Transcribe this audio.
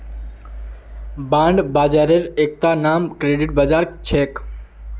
bond बाजारेर एकता नाम क्रेडिट बाजार छेक